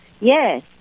Yes